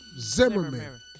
Zimmerman